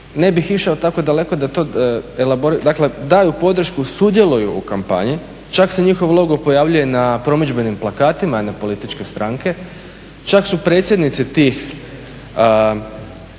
ne bih išao tako daleko da to, dakle daju podršku, sudjeluju u kampanji, čak se njihov logo pojavljuje na promidžbenim plakatima jedne političke stranke, čak su predsjednici tih